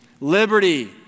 liberty